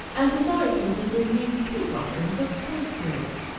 and desires him to bring me peace-offerings of bank-notes!